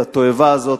את התועבה הזאת,